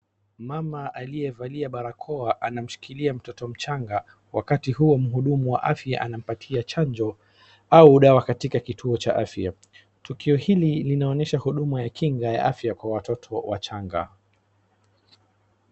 Mama aliyevalia barakoa anamshikilia mtoto mchanga wakati huo mhudumu wa afya anampatia chanjo au dawa katika kituo cha afya. Tukio hili linaonyesha huduma ya kinga ya afya kwa watoto wachanga.